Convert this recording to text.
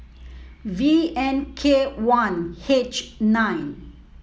V N K one H nine